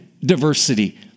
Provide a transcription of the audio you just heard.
diversity